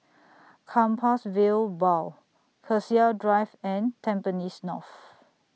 Compassvale Bow Cassia Drive and Tampines North